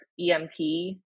EMT